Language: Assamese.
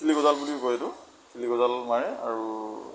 খিলি গজাল বুলি কয় এইটো খিলি গজাল মাৰে আৰু